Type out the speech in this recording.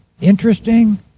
Interesting